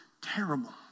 terrible